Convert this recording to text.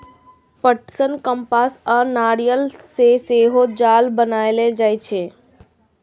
पटसन, कपास आ नायलन सं सेहो जाल बनाएल जाइ छै